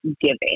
giving